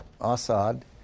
Assad